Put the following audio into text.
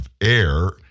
air